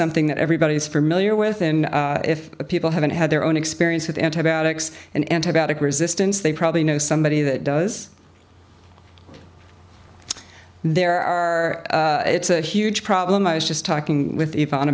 something that everybody is familiar with and if people haven't had their own experience with antibiotics and antibiotic resistance they probably know somebody that does there are it's a huge problem i was just talking with